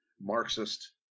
Marxist